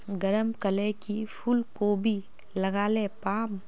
गरम कले की फूलकोबी लगाले पाम?